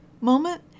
moment